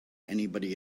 anybody